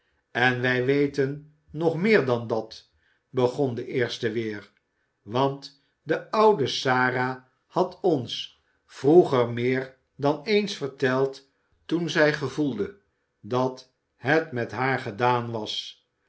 en wij weten nog meer dan dat begon de eerste weer want de oude sara had ons vroeger meer dan eens verteld toen zij gevoelde dat het met haar gedaan was